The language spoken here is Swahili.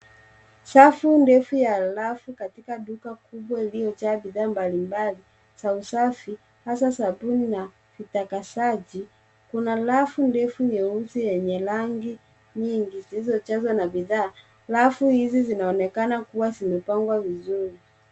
Safu ndefu ya rafu katika duka kubwa iliyojaa bidhaa mbalimbali, za usafi, hasa sabuni na vitakasaji. Kuna rafu ndefu nyeusi yenye rangi nyingi zilizojazwa na bidhaa. Rafu hizi zinaonekana kuwa zimepangwa vizuri.